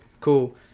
cool